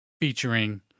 featuring